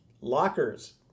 Lockers